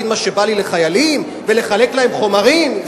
מה שבא לי לחיילים ולחלק להם חומרים?